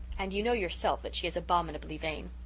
and you know yourself that she is abominably vain.